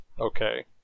okay